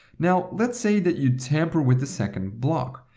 now let's say that you tamper with the second block.